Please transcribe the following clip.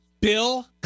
Bill